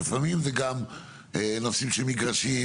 לפעמים זה גם נושאים של מגרשים,